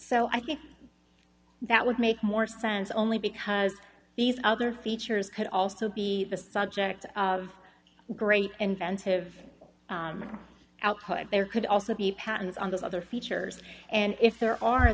so i think that would make more sense only because these other features could also be the subject of great incentive output there could also be a patent on the other features and if there are